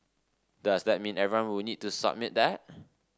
does that mean everyone would need to submit that